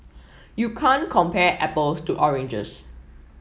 you can't compare apples to oranges